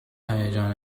هیجان